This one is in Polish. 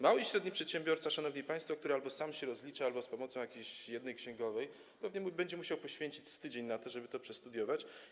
Mały i średni przedsiębiorca, szanowni państwo, który albo sam się rozlicza, albo z pomocą jakiejś jednej księgowej, pewnie musiałby poświęcić z tydzień na to, żeby to przestudiować.